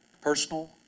personal